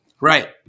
Right